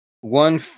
one